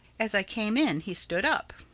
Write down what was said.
as i came in he stood up.